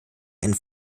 einen